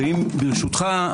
ברשותך,